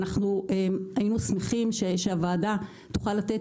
היינו שמחים שהוועדה תוכל לתת